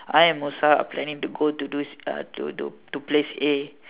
I and Musa are planning to go to this uh to to to place A